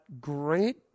great